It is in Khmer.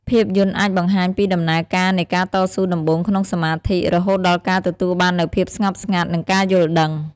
ភាពយន្តអាចបង្ហាញពីដំណើរការនៃការតស៊ូដំបូងក្នុងសមាធិ រហូតដល់ការទទួលបាននូវភាពស្ងប់ស្ងាត់ និងការយល់ដឹង។